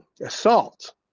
assault